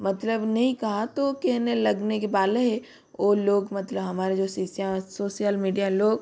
मतलब नहीं कहा तो कहने लगने के वाला हैं वो लाेग मतलब हमारे जो सीसिया सोसियल मीडिया लोग